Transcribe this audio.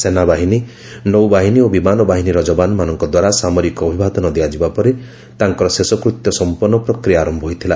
ସେନାବାହିନୀ ନୌବାହିନୀ ଓ ବିମାନ ବାହିନୀର ଯବାନମାଙ୍କ ଦ୍ୱାରା ସାମରିକ ଅଭିବାଦନ ଦିଆଯିବା ପରେ ତାଙ୍କର ଶେଷକୃତ୍ୟ ସମ୍ପନ୍ନ ପ୍ରକ୍ରିୟା ଆରମ୍ଭ ହୋଇଥିଲା